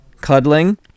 Cuddling